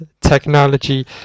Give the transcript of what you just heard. technology